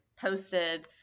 posted